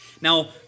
Now